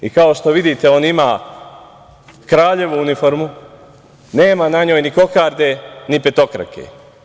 I kao što vidite, on ima kraljevu uniformu, nema na njoj ni kokarde, ni petokrake.